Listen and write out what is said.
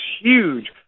huge